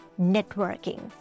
networking